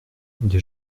des